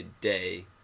day